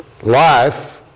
life